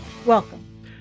Welcome